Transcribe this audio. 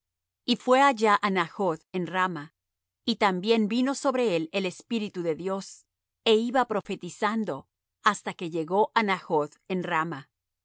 y fué allá á najoth en rama y también vino sobre él el espíritu de dios é iba profetizando hasta que llegó á najoth en rama